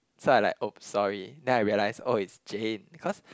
so I like oops sorry then I realize oh it's Jane cause